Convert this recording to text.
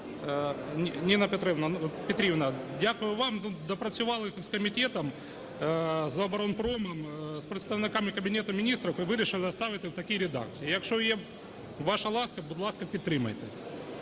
Ніна Петрівна, дякую вам. Допрацювали з комітетом, з оборонпромом, з представниками Кабінету Міністрів і вирішили оставити в такій редакції. Якщо є ваша ласка, будь ласка, підтримайте.